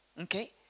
okay